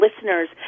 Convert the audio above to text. listeners